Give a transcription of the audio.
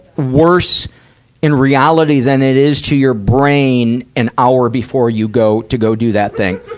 worse in reality than it is to your brain an hour before you go to go do that thing?